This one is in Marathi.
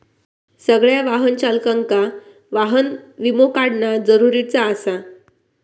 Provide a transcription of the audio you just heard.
सगळ्या वाहन चालकांका वाहन विमो काढणा जरुरीचा आसा